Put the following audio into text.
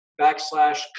backslash